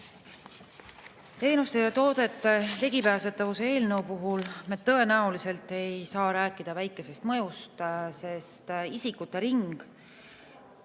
Teenuste ja toodete ligipääsetavuse seaduse eelnõu puhul me tõenäoliselt ei saa rääkida väikesest mõjust, sest isikute ring,